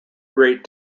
great